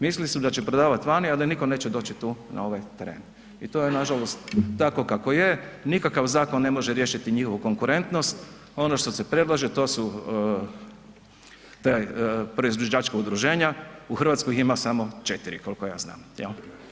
Mislili su da će prodavat vani a da niko neće doći tu na ova teren i to je nažalost tako kako je, nikakav zakon ne može riješiti njihovu konkurentnost, ono što se predlaže, to su ta proizvođačka udruženja, u Hrvatskoj ih ima samo 4, koliko ja znam, jel.